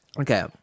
Okay